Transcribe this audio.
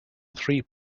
three